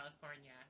california